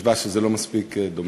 חשבה שזה לא מספיק דומה.